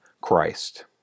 Christ